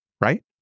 right